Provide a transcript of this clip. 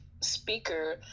speaker